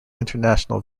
international